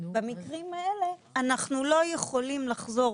במקרים האלה אנחנו לא יכולים לחזור